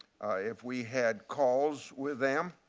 if we had calls with them,